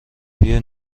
بیا